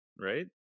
right